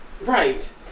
Right